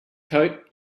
coat